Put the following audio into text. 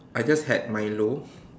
I just had Milo